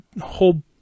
Whole